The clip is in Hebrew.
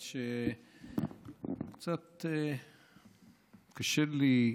האמת שקצת קשה לי,